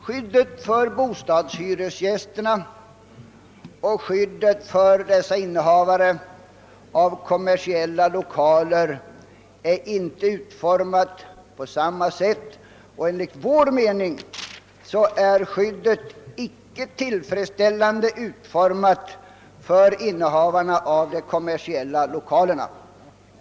Skyddet för bostadshyresgästerna och skyddet för innehavare av kommersiella lokaler är inte utformade på samma sätt. Enligt vår mening är skyddet icke tillfredsställande utformat för innehavarna av de kommersiella 1okalerna.